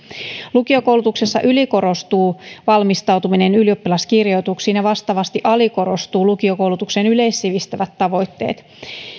lukiokoulutuksessa ylikorostuu valmistautuminen ylioppilaskirjoituksiin ja vastaavasti alikorostuvat lukiokoulutuksen yleissivistävät tavoitteet